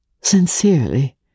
Sincerely